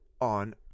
on